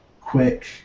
quick